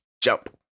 jump